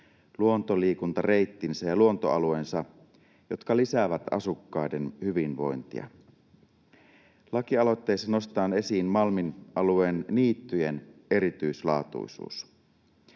luontoliikuntareittinsä ja luontoalueensa, jotka lisäävät asukkaiden hyvinvointia. Lakialoitteessa nostetaan esiin Malmin alueen niittyjen erityislaatuisuus.